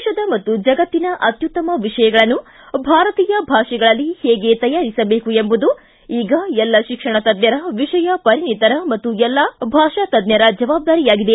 ದೇಶದ ಮತ್ತು ಜಗತ್ತಿನ ಅತ್ಯುತ್ತಮ ವಿಷಯಗಳನ್ನು ಭಾರತೀಯ ಭಾಷೆಗಳಲ್ಲಿ ಹೇಗೆ ತಯಾರಿಸಬೇಕು ಎಂಬುದು ಈಗ ಎಲ್ಲ ಶಿಕ್ಷಣ ತಜ್ಞರ ವಿಷಯ ಪರಿಣತರ ಮತ್ತು ಎಲ್ಲಾ ಭಾಷಾತಜ್ಞರ ಜವಾಬ್ದಾರಿಯಾಗಿದೆ